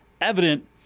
evident